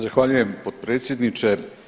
Zahvaljujem potpredsjedniče.